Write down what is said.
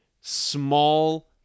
small